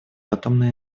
атомной